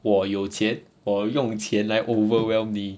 我有钱我用钱来 overwhelm 你